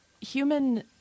human